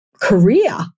career